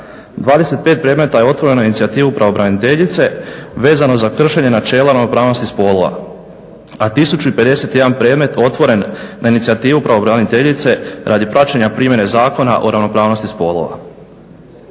25 predmeta je otvoreno na inicijativu pravobraniteljice vezano za kršenje načela ravnopravnosti spolova, a 1051 predmet otvoren na inicijativu pravobraniteljice radi praćenja primjene Zakona o ravnopravnosti spolova.